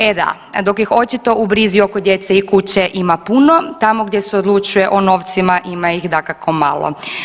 E da, dok ih očito u brizi oko djece i kuće ima puno, tamo gdje se odlučuje o novcima ima ih dakako malo.